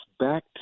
back